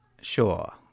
Sure